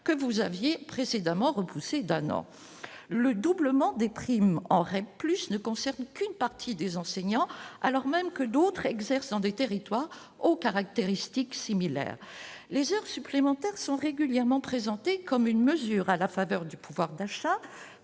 que vous aviez précédemment repoussé d'un an, le doublement des primes en aurait plus ne concerne qu'une partie des enseignants, alors même que d'autres exercent dans des territoires aux caractéristiques similaires, les heures supplémentaires sont régulièrement présenté comme une mesure à la faveur du pouvoir d'achat,